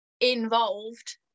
involved